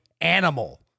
animal